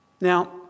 Now